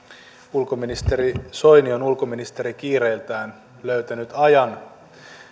ulkoministeri soini on ulkoministerikiireiltään löytänyt ajan